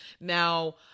Now